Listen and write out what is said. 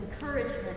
encouragement